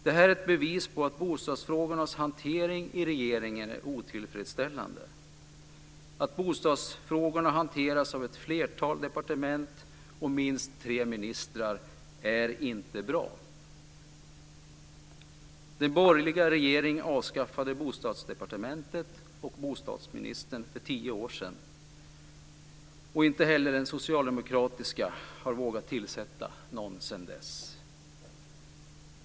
Det är ett bevis på att bostadsfrågornas hantering i regeringen är otillfredsställande. Att bostadsfrågorna hanteras av ett flertal departement och minst tre ministrar är inte bra. Den borgerliga regeringen avskaffade Bostadsdepartementet och bostadsministern för tio år sedan. Inte heller den socialdemokratiska regeringen har vågat tillsätta någon sedan dess.